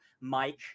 Mike